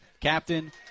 Captain